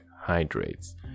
hydrates